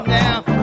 now